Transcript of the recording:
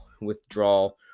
withdrawal